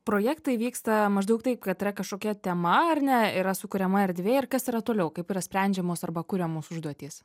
projektai vyksta maždaug taip kad yra kažkokia tema ar ne yra sukuriama erdvė ir kas yra toliau kaip yra sprendžiamos arba kuriamos užduotys